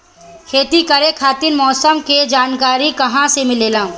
खेती करे खातिर मौसम के जानकारी कहाँसे मिलेला?